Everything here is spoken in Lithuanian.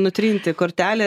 nutrinti kortelę